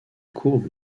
courbes